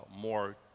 more